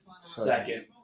Second